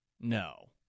No